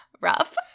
rough